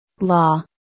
law